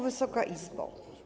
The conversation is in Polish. Wysoka Izbo!